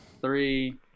three